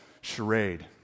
charade